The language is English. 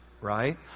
right